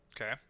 Okay